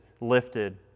lifted